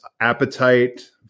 appetite